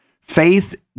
Faith